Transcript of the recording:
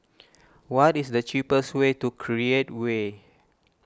what is the cheapest way to Create Way